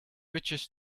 riches